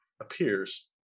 Appears